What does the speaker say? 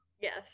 Yes